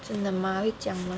真的吗会将的